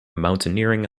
mountaineering